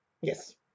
Yes